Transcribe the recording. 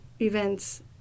events